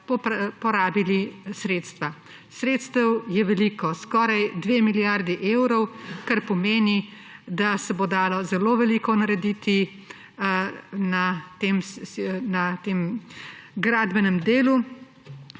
sredstva. Sredstev je veliko, skoraj 2 milijardi evrov, kar pomeni, da se bo dalo zelo veliko narediti na gradbenem delu